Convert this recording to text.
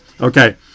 okay